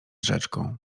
rzeczką